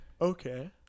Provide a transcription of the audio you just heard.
Okay